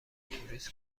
توریست